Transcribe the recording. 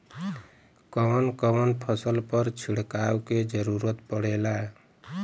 कवन कवन फसल पर छिड़काव के जरूरत पड़ेला?